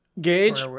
Gage